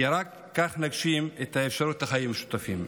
כי רק כך נגשים את האפשרות לחיים משותפים.